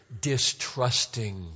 distrusting